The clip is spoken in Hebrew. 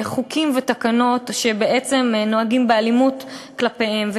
חוקים ותקנות שבעצם נוהגים באלימות כלפיהם.